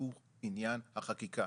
הוא עניין החקיקה,